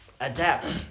adapt